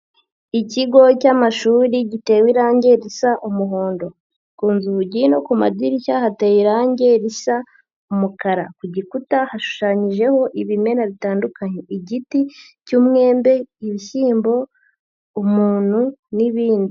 Ikigo cy'amashuri gitewe irangi risa umuhondo, ku nzugi no ku madirishya hateye irangi risa umukara, ku gikuta hashushanyijeho ibimera bitandukanye, igiti cy'umwembe, ibishyimbo, umuntu n'ibindi.